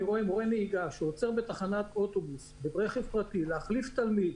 אני רואה מורה נהיגה שעוצר בתחנת אוטובוס על מנת להחליף תלמיד